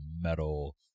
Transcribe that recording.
metal